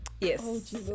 yes